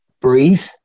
breathe